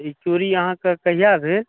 ई चोरी अहाँके कहिया भेल